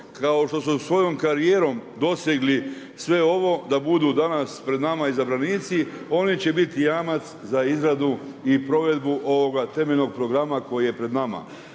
kao što su svojom karijerom dosegli sve ovo da budu danas pred nama izabranici oni će biti jamac za izradu i provedbu ovoga temeljnog programa koji je pred nama.